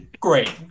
Great